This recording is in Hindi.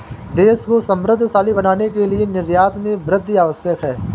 देश को समृद्धशाली बनाने के लिए निर्यात में वृद्धि आवश्यक है